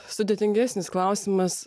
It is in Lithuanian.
sudėtingesnis klausimas